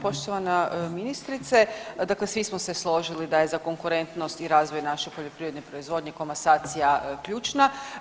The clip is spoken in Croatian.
Poštovana ministrice, dakle svi smo se složili da je za konkurentnost i razvoj naše poljoprivredne proizvodnje komasacija ključna.